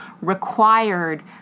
required